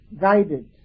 guided